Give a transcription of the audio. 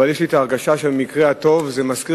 אבל יש לי הרגשה שבמקרה הטוב זה מזכיר